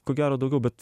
ko gero daugiau bet